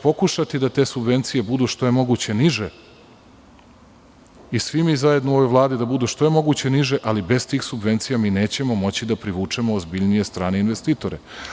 Pokušaću da te subvencije budu što je moguće niže i svi mi zajedno u ovoj vladi da budu što je moguće niže, ali bez tih subvencija nećemo moći da privučemo ozbiljnije strane investitore.